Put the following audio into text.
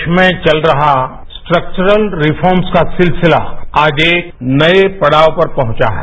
देश में चल रहा स्ट्रक्वरलरिफॉर्मस का सिलसिला आज एक नये पढ़ाव पर पहुंचा है